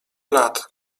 lat